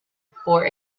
for